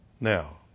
Now